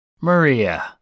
Maria